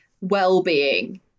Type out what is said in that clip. well-being